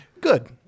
Good